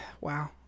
Wow